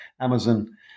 Amazon